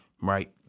right